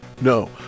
No